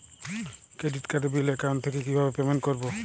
Credit কার্ডের bill account থেকে কিভাবে পেমেন্ট করবো?